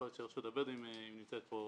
יכול להיות שרשות הבדואים שנמצאת כאן